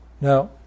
Now